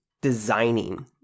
designing